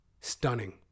stunning